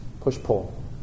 Push-pull